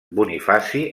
bonifaci